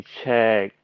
check